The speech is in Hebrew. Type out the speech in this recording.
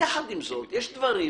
יחד עם זאת, יש דברים